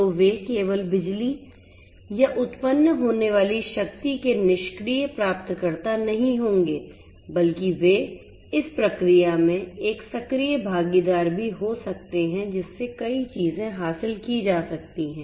तो वे केवल बिजली या उत्पन्न होने वाली शक्ति के निष्क्रिय प्राप्तकर्ता नहीं होंगे बल्कि वे इस प्रक्रिया में एक सक्रिय भागीदार भी हो सकते हैं जिससे कई चीजें हासिल की जा सकती हैं